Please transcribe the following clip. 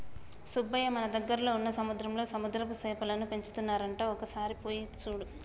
సుబ్బయ్య మన దగ్గరలో వున్న సముద్రంలో సముద్రపు సేపలను పెంచుతున్నారంట ఒక సారి పోయి సూడు